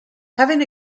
having